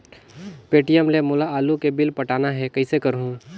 Paytm ले मोला आलू के बिल पटाना हे, कइसे करहुँ?